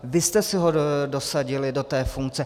Vy jste si ho dosadili do té funkce.